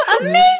Amazing